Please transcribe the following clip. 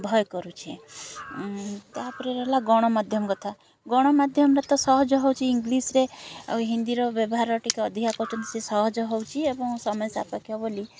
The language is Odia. ଭୟ କରୁଛି ତା'ହାପରେ ରହିଲା ଗଣମାଧ୍ୟମ କଥା ଗଣମାଧ୍ୟମରେ ତ ସହଜ ହେଉଛି ଇଂଲିଶରେ ଆଉ ହିନ୍ଦୀର ବ୍ୟବହାର ଟିକେ ଅଧିକା କରୁଛନ୍ତି ସେ ସହଜ ହେଉଛି ଏବଂ ସମୟ ସାପେକ୍ଷ ବୋଲି